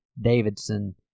Davidson